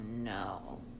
no